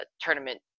tournament